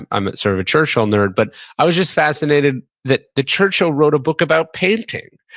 i'm sort of a churchill nerd, but i was just fascinated that the churchill wrote a book about painting.